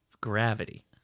gravity